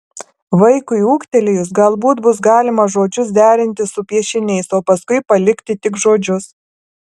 vaikui ūgtelėjus galbūt bus galima žodžius derinti su piešiniais o paskui palikti tik žodžius